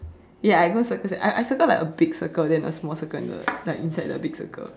ya I go and circle that I I circle like a big circle then a small circle and the like inside the big circle